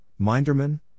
Minderman